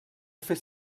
fer